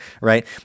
right